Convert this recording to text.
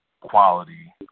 quality